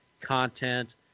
content